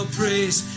praise